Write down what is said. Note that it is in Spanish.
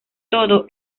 todo